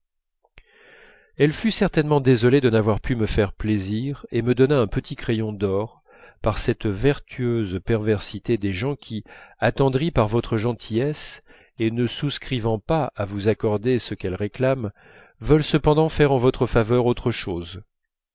elle fut certainement désolée de n'avoir pu me faire plaisir et me donna un petit crayon d'or par cette vertueuse perversité des gens qui attendris par votre gentillesse et ne souscrivant pas à vous accorder ce qu'elle réclame veulent cependant faire en votre faveur autre chose